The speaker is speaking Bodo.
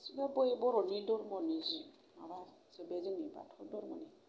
गासिबो बर'नि धोरोमनिजोब माबा जोंनि बे बाथौ धर्मनि